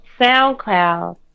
SoundCloud